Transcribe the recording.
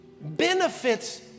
benefits